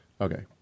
okay